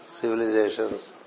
civilizations